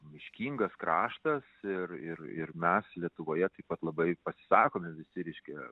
miškingas kraštas ir ir ir mes lietuvoje taip pat labai pasisakome visi reiškia